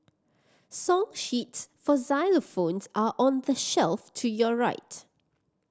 song sheets for xylophones are on the shelf to your right